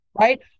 right